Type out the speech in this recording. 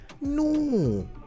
No